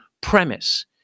premise